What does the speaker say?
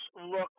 look